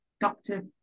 doctor